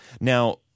Now